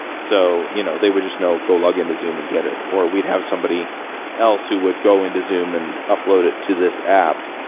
so, you know they would just know go log in to zoom and get it, or we'd have somebody else who would go into zoom and upload it to this app.